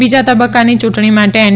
બીજા તબક્કાની યૂંટણી માટે એન